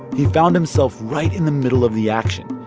he found himself right in the middle of the action,